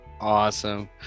Awesome